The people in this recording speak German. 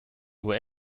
nur